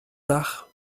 dach